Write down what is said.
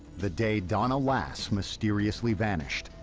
the day donna lass mysteriously vanished.